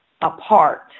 apart